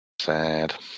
sad